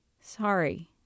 Sorry